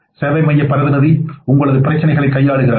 சேவை மைய பிரதிநிதி உங்களது பிரச்சினைகளை கையாளுகிறார்கள்